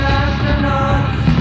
astronauts